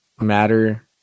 matter